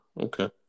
Okay